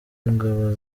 ingabo